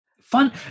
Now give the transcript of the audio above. fun